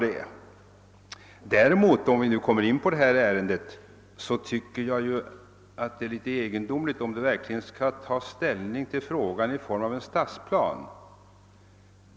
Eftersom vi nu har kommit in på frågan om Brofjorden vill jag säga att jag tycker det är egendomligt om man verkligen skall ta ställning till den frågan genom en stadsplan.